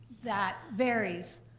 that varies.